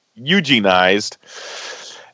eugenized